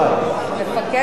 מפקד האזור,